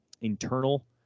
internal